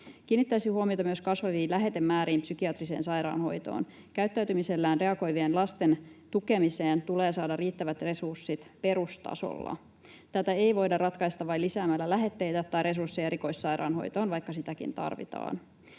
Kiinnittäisin huomiota myös kasvaviin lähetemääriin psykiatriseen sairaanhoitoon. Käyttäytymisellään reagoivien lasten tukemiseen tulee saada riittävät resurssit perustasolla. Tätä ei voida ratkaista vain lisäämällä lähetteitä tai resursseja erikoissairaanhoitoon, vaikka sitäkin tarvitaan.